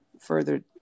further